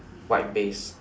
white base